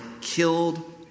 killed